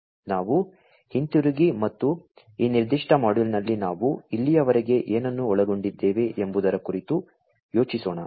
ನಾವು ಹಿಂತಿರುಗಿ ಮತ್ತು ಈ ನಿರ್ದಿಷ್ಟ ಮಾಡ್ಯೂಲ್ನಲ್ಲಿ ನಾವು ಇಲ್ಲಿಯವರೆಗೆ ಏನನ್ನು ಒಳಗೊಂಡಿದ್ದೇವೆ ಎಂಬುದರ ಕುರಿತು ಯೋಚಿಸೋಣ